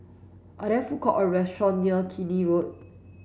are there food courts or restaurants near Keene Road